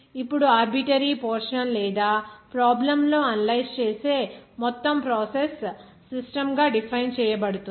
ఇప్పుడు arbitrary portion లేదా problem ను అనలైజ్ చేసే మొత్తం ప్రాసెస్ సిస్టమ్ గా డిఫైన్ చేయబడుతుంది